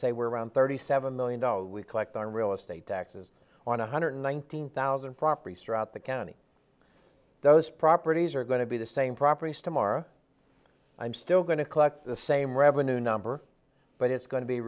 say we're around thirty seven million dollars we collect on real estate taxes on one hundred nineteen thousand properties throughout the county those properties are going to be the same properties tomorrow i'm still going to collect the same revenue number but it's go